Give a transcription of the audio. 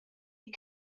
had